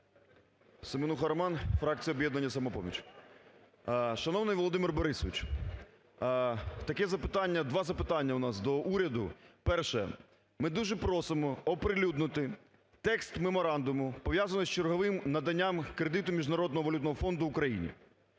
Семенуха Роман, фракція об'єднання "Самопоміч". Шановний Володимир Борисович, таке запитання, два запитання у нас до уряду. Перше, ми дуже просимо оприлюднити текст меморандуму, пов'язаний з черговим наданням кредиту Міжнародного валютного фонду Україні.